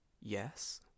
Yes